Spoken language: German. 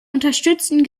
unterstützten